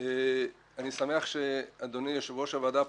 אני שמח שאדוני יושב-ראש הוועדה,